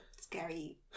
scary